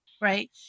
Right